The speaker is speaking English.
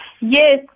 Yes